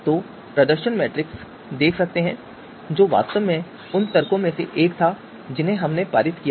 तो आप प्रदर्शन मैट्रिक्स देख सकते हैं जो वास्तव में उन तर्कों में से एक था जिन्हें हमने पारित किया था